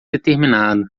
determinado